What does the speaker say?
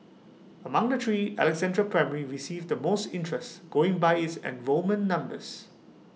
among the three Alexandra primary received the most interest going by its enrolment numbers